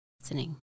listening